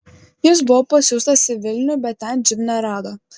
jis buvo pasiųstas į vilnių bet ten živ nerado